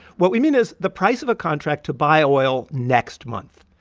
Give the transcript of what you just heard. what we mean is the price of a contract to buy oil next month.